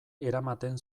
eramaten